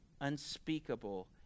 unspeakable